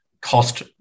cost